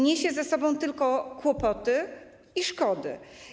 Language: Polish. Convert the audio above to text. Niesie to ze sobą tylko kłopoty i szkody.